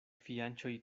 fianĉoj